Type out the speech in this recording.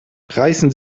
reißen